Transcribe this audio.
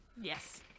Yes